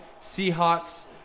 Seahawks